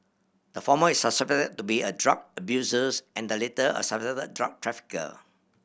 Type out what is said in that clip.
the former is suspected to be a drug abusers and the latter a suspected drug trafficker